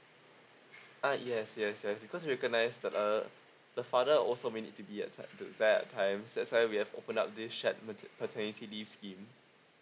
uh yes yes yes because recognised that uh the father also may need to be at such a times that's why we have opened up this shared mater~ paternity leave scheme